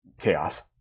chaos